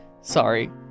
Sorry